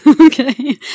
okay